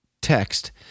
text